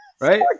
Right